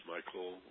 Michael